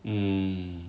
um